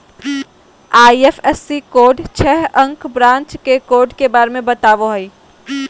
IFSC code छह अंक branch के कोड के बारे में बतावो हइ